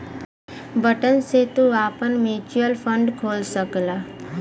button से तू आपन म्युचुअल फ़ंड खोल सकला